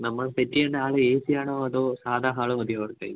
നമ്മൾ സെറ്റ് ചെയ്യേണ്ട hall A C ആണോ അതോ സാധാരണ ഹാള് മതിയോ അവർക്കായി